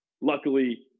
luckily